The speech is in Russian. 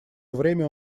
время